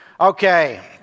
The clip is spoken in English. Okay